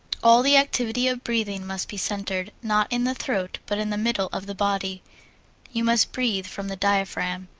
all the activity of breathing must be centered, not in the throat, but in the middle of the body you must breathe from the diaphragm.